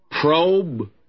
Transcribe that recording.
probe